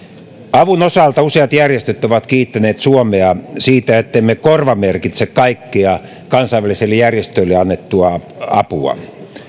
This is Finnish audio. avun osalta useat järjestöt ovat kiittäneet suomea siitä ettemme korvamerkitse kaikkea kansainvälisille järjestöille annettua apua